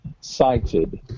cited